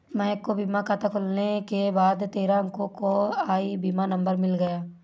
महक को बीमा खाता खुलने के बाद तेरह अंको का ई बीमा नंबर मिल गया